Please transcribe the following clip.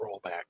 rollback